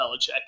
Belichick